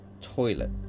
toilet